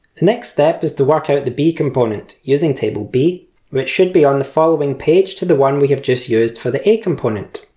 next step is to work out the b component, using table b which should be on the following page to the one we just used for the a component,